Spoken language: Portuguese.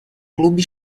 clube